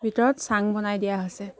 ভিতৰত চাং বনাই দিয়া হৈছে